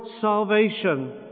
salvation